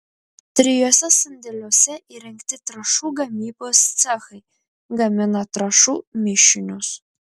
trijuose sandėliuose įrengti trąšų gamybos cechai gamina trąšų mišinius